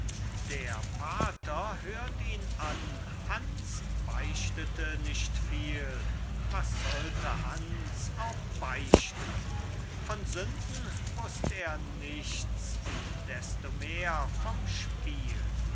der pater hört ihn an hans beichtete nicht viel was sollte hans auch beichten von sünden wußt er nichts und destomehr vom spiel